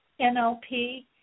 NLP